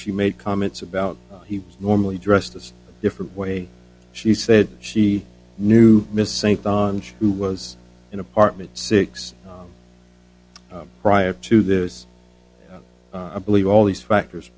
she made comments about he normally dressed as a different way she said she knew missing who was in apartment six prior to this i believe all these factors